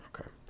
okay